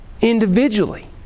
individually